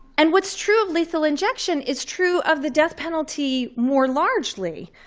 and what's true of lethal injection is true of the death penalty more largely,